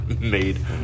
made